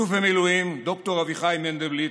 אלוף במילואים ד"ר אביחי מנדלבליט,